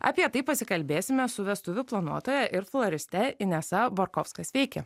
apie tai pasikalbėsime su vestuvių planuotoja ir floriste inesa borkovska sveiki